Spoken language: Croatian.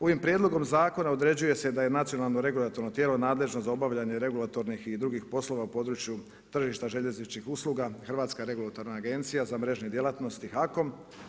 Ovim prijedlogom zakona određuje se da je nacionalno regulatorno tijelo nadležno za obavljanje regulatornih i drugih poslova u području tržišta željezničkih usluga, Hrvatska regulatorna agencija za mrežne djelatnosti, HAKOM.